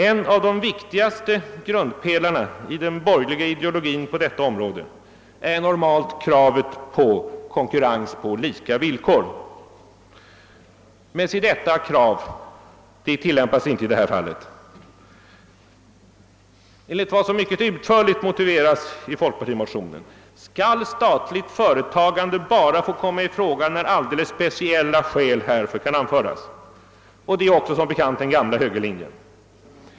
En av de viktigaste grundpelarna i den borgerliga ideologin på detta område är normalt kravet på konkurrens på lika villkor, men se, detta krav tillämpas inte i det här fallet. Enligt vad som mycket utförligt motiveras i folkpartimotionen bör statligt företagande endast få komma i fråga när alldeles speciella skäl härför kan anföras. Detta är också den gamla högerlinjen.